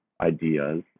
ideas